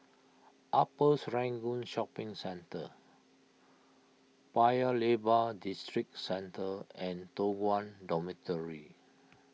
Upper Serangoon Shopping Centre Paya Lebar Districentre and Toh Guan Dormitory